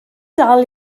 dal